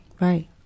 right